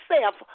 self